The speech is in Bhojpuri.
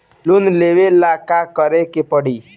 लोन लेवे ला का करे के पड़ी?